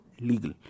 legal